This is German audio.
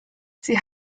sie